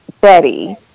Betty